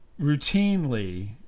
routinely